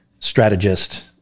strategist